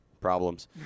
problems